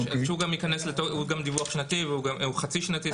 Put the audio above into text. שהוא גם דיווח חצי שנתי,